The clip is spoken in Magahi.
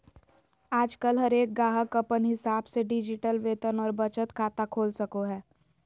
आजकल हरेक गाहक अपन हिसाब से डिजिटल वेतन और बचत खाता खोल सको हय